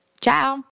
Ciao